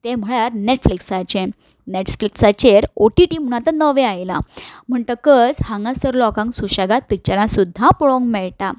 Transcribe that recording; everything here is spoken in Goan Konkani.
तें म्हणल्यार नेटफ्लिक्साचें नेटस्पिकसाचेर ऑ टी टी म्हणून आतां नवें आयलां म्हणटकच हांगा सर लोकांक सुशेगाद पिच्चरां पळोवपाक मेळटा